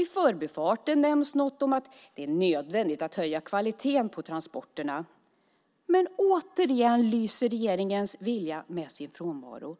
I förbifarten nämns något om att det är nödvändigt att höja kvaliteten på transporterna. Men återigen lyser regeringens vilja med sin frånvaro.